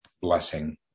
blessing